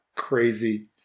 crazy